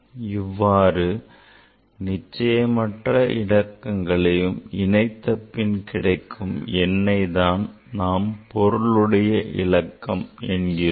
இவ்வாறு நிச்சயமற்ற இலக்கங்களையும் இணைத்தபின் கிடைக்கும் எண்ணை தான் நாம் பொருளுடையவிலக்கம் என்கிறோம்